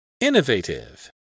Innovative